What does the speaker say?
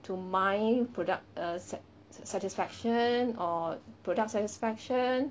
to mine product err sat~ sat~ satisfaction or product satisfaction